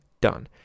done